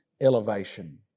elevation